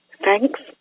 Thanks